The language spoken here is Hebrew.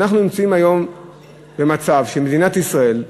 ואנחנו נמצאים היום במצב שמדינת ישראל,